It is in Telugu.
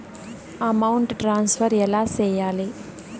అమౌంట్ ట్రాన్స్ఫర్ ఎలా సేయాలి